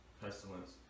pestilence